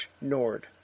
Nord